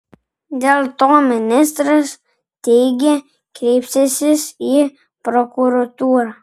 dėl to ministras teigė kreipsiąsis į prokuratūrą